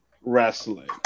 Wrestling